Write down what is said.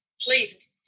please